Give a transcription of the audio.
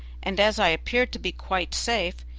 and as i appeared to be quite safe,